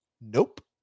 nope